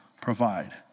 provide